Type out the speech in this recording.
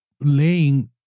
laying